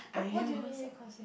what do you mean